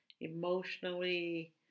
emotionally